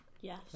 Yes